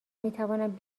میتوانند